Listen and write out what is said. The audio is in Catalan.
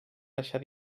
deixar